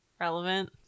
Relevant